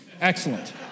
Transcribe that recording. Excellent